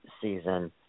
season